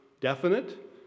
definite